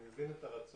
אני מבין את הרצון,